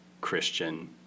Christian